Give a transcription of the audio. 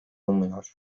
umuyor